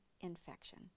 infection